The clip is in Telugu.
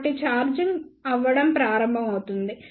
కాబట్టి ఛార్జింగ్ అవ్వడం ప్రారంభమవుతుంది